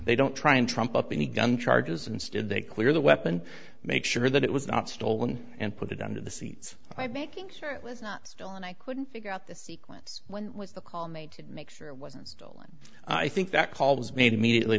they don't try and trump up any gun charges instead they clear the weapon make sure that it was not stolen and put it under the seats i making sure it was not still and i couldn't figure out the sequence when was the call made to make sure it wasn't stolen i think that call was made immediately